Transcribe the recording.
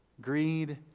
greed